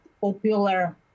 popular